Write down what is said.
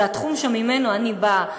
זה התחום שממנו אני באה,